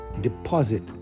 Deposit